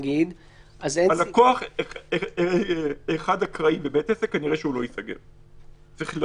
על העסק ועל